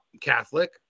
Catholic